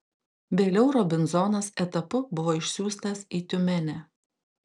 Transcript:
vėliau robinzonas etapu buvo išsiųstas į tiumenę